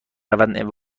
روند